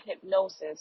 hypnosis